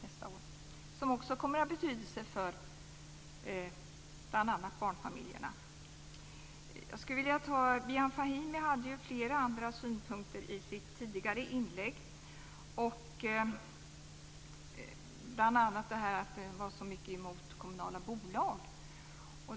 Det kommer också att ha betydelse för bl.a. barnfamiljerna. Bijan Fahimi hade flera andra synpunkter i sitt tidigare inlägg, bl.a. att han var emot kommunala bolag.